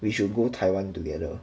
we should go taiwan together